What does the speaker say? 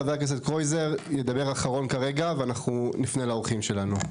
חבר הכנסת קרויזר ידבר אחרון כרגע ואנחנו נפנה לאורחים שלנו.